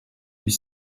eut